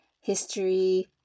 history